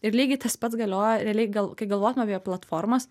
ir lygiai tas pats galioja realiai gal kai galvojam apie platformas